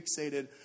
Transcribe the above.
fixated